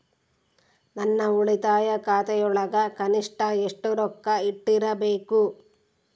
ನನ್ನ ಉಳಿತಾಯ ಖಾತೆಯೊಳಗ ಕನಿಷ್ಟ ಎಷ್ಟು ರೊಕ್ಕ ಇಟ್ಟಿರಬೇಕು?